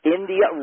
India